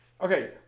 okay